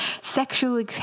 sexual